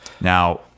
Now